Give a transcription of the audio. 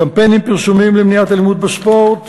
קמפיינים פרסומיים למניעת אלימות בספורט